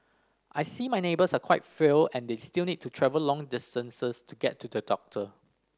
I see my neighbours are quite frail and they still need to travel long distances to get to the doctor